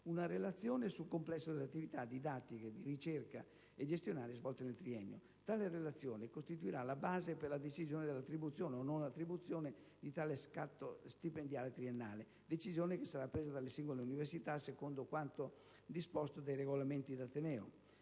una relazione sul complesso delle attività didattiche, di ricerca e gestionali svolte nel triennio. Tale relazione costituirà la base per la decisione dell'attribuzione (o non attribuzione) dello scatto stipendiale triennale, decisione che sarà presa dalle singole università secondo quanto disposto dai regolamenti di ateneo.